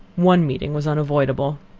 one meeting was unavoidable.